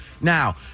Now